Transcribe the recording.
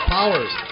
Powers